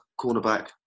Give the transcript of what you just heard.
cornerback